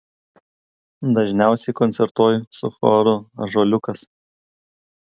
dažniausiai koncertuoju su choru ąžuoliukas